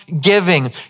giving